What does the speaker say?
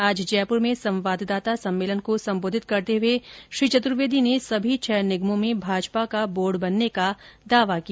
आज जयपुर में संवाददाता सम्मेलन को संबोषित करते हुए श्री चतुर्वेदी ने सभी छह निगमों में भाजपा का बोर्ड बनने का दावा किया